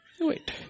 Wait